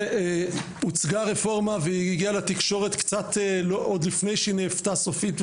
והוצגה רפורמה והיא הגיעה לתקשורת עוד לפני שהיא נאפתה סופית,